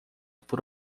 por